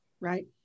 right